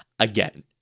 Again